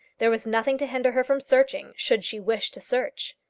there was nothing to hinder her from searching, should she wish to search.